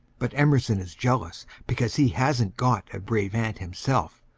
but emerson is jealous because he hasn't got a brave aunt himself,